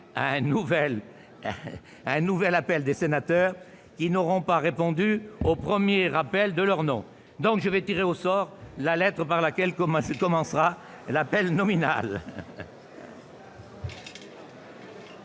un nouvel appel des sénateurs qui n'auront pas répondu au premier appel de leur nom. Je vais tirer au sort la lettre par laquelle commencera l'appel nominal.